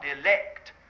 elect